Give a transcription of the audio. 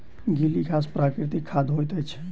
गीली घास प्राकृतिक खाद होइत अछि